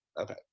Okay